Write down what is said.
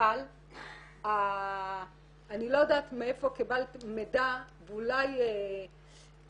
אבל אני לא יודעת מאיפה קיבלת מידע, ואולי, סליחה,